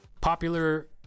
popular